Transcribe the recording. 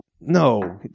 No